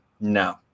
No